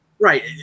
right